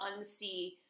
unsee